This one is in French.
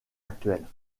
actuelle